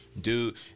dude